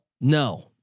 No